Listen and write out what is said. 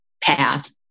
path